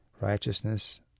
righteousness